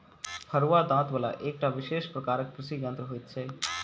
फरूआ दाँत बला एकटा विशेष प्रकारक कृषि यंत्र होइत छै